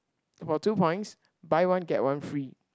for two points buy one get one free